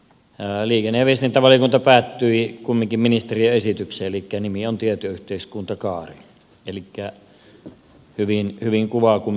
mutta liikenne ja viestintävaliokunta päätyi kumminkin ministeriön esitykseen elikkä nimi on tietoyhteiskuntakaari elikkä se hyvin kuvaa kumminkin erittäin laajaa kokonaisuutta